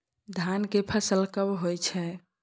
धान के फसल कब होय छै?